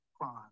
crime